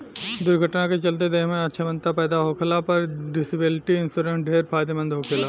दुर्घटना के चलते देह में अछमता पैदा होखला पर डिसेबिलिटी इंश्योरेंस ढेरे फायदेमंद होखेला